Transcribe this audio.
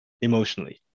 emotionally